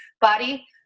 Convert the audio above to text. body